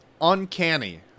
uncanny